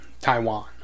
Taiwan